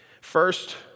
First